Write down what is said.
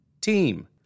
team